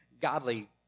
godly